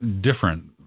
different